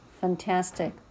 Fantastic